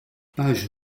page